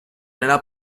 nella